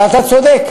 אבל אתה צודק.